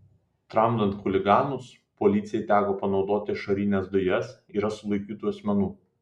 tramdant chuliganus policijai teko panaudoti ašarines dujas yra sulaikytų asmenų